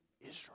Israel